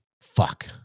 Fuck